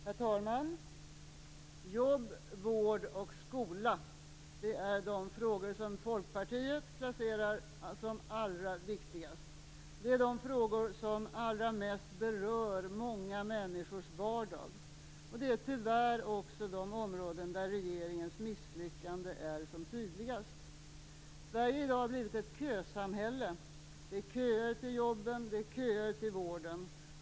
Herr talman! Jobb, vård och skola - det är de frågor som Folkpartiet ser som allra viktigast. Det är de frågor som allra mest berör många människors vardag. Det är tyvärr också de områden där regeringens misslyckande är som tydligast. Sverige har i dag blivit ett kösamhälle. Det är köer till jobben och köer till vården.